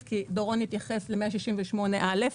כי דורון יתייחס בהמשך ל-168א'.